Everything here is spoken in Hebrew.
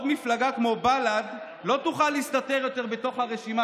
מפלגה כמו בל"ד לא תוכל עוד להסתתר בתוך הרשימה